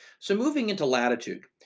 so moving into latitude,